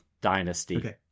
dynasty